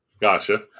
Gotcha